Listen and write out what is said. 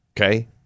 okay